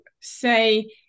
say